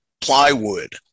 plywood